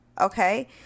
okay